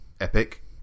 epic